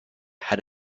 had